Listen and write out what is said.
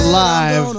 live